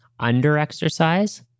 Underexercise